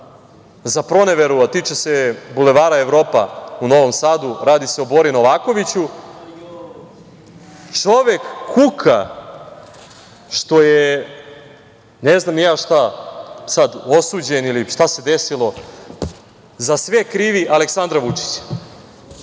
za proneveru, a tiče se Bulevara Evropa u Novom Sadu, radi se o Bori Novakoviću, čovek kuka što je, ne znam ni ja šta sad, osuđen ili šta se desilo, za sve krivi Aleksandra Vučića. Naime,